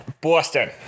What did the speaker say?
Boston